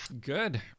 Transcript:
Good